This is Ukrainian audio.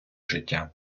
життя